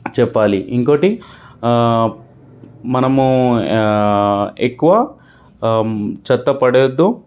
చెప్పాలి ఇంకోకటి మనము ఎక్కువ చెత్త పడేయొద్దు